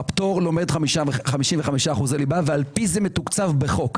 הפטור לומד 55% ליבה ועל פי זה מתוקצב בחוק.